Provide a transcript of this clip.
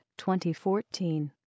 2014